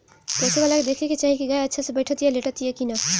पोसेवला के देखे के चाही की गाय अच्छा से बैठतिया, लेटतिया कि ना